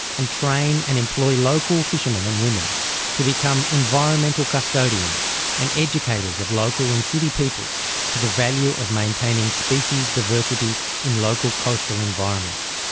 and train and employ local fishermen and women to become environmental custodians and educators of local and city peoples to the value of maintaining species diversity in local coastal environments.